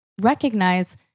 recognize